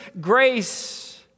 grace